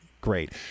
great